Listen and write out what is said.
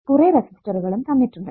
കുറെ റെസിസ്റ്ററുകളും തന്നിട്ടുണ്ട്